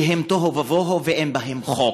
שהן תוהו ובוהו, ואין בהן חוק,